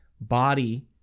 body